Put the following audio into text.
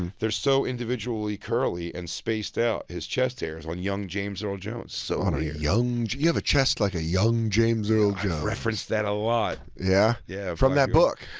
and they're so individually curly and spaced out, his chest hairs on young james earl jones. so on young. you have a chest like a young james earl jones. i've referenced that a lot. yeah? yeah. from that book.